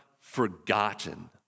forgotten